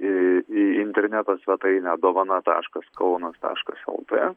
į į interneto svetainę dovana taškas kaunas taškas lt